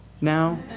now